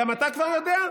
גם אתה כבר יודע?